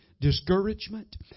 discouragement